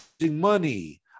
money